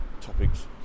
topics